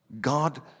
God